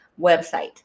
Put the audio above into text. website